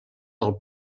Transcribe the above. del